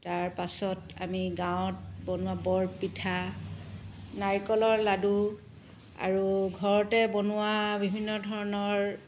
তাৰপাছত আমি গাঁৱত বনোৱা বৰপিঠা নাৰিকলৰ লাৰু আৰু ঘৰতে বনোৱা বিভিন্ন ধৰণৰ